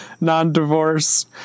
non-divorce